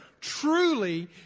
truly